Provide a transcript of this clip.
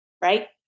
right